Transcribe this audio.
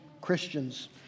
Christians